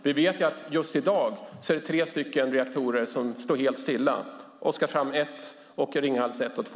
Vi vet att tre reaktorer står helt stilla just i dag, Oskarshamn 1 och Ringhals 1 och 2.